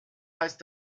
heißt